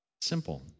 Simple